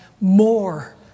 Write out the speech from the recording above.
more